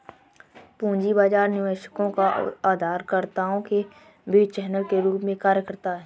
पूंजी बाजार निवेशकों और उधारकर्ताओं के बीच चैनल के रूप में कार्य करता है